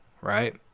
Right